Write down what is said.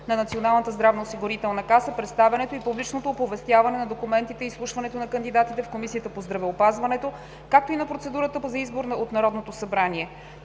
на Националната здравноосигурителна каса, представянето и публичното оповестяване на документите и изслушването на кандидатите в Комисията по здравеопазването, както и на процедурата за избор от Народното събрание